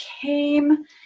came